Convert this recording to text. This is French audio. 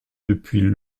depuis